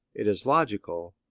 it is logical,